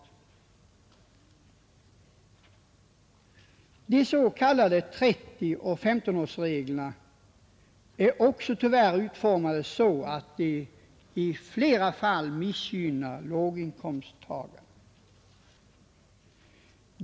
De s.k. 30 och 15-årsreglerna är också tyvärr utformade så att de i flera fall missgynnar låginkomsttagarna.